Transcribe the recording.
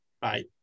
Bye